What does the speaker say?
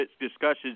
discussions